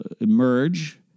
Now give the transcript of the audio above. emerge